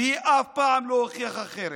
והיא אף פעם לא הוכיחה אחרת.